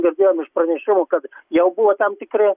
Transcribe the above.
girdėjom iš pranešimų kad jau buvo tam tikri